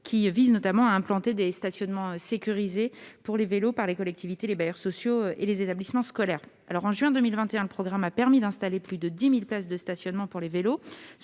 vise notamment à implanter des stationnements sécurisés pour les vélos par les collectivités, les bailleurs sociaux et les établissements scolaires. Au mois de juin 2021, le programme a permis d'installer plus de 10 000 places de stationnements pour les vélos.